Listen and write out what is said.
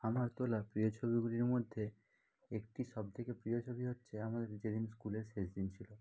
আমার তোলা প্রিয় ছবিগুলির মধ্যে একটি সবথেকে প্রিয় ছবি হচ্ছে আমাদের যেদিন স্কুলের শেষ দিন ছিল